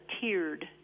tiered